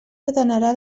ordenarà